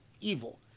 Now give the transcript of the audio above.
evil